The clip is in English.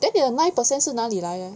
then 你的 nine percent 是从哪里来 leh